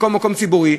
במקום ציבורי?